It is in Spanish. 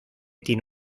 tiene